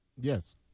Yes